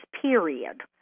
period